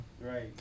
Right